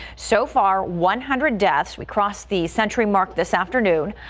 so far one hundred deaths we cross the century mark this afternoon.